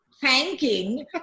thanking